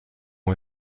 ont